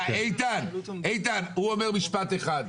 איתן, הוא אומר משפט אחד.